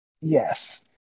Yes